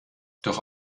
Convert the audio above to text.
doch